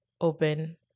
open